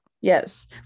Yes